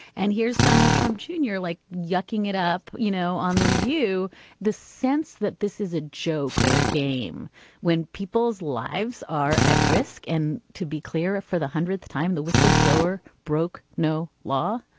and here's donald trump junior like yucking it up you know on the view the sense that this is a joke or a game when people's lives are at risk. and to be clear for the hundredth time the whistle blower broke no law.